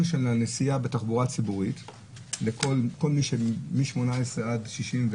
הנסיעה בתחבורה ציבורית מגיל 18 ועד 60,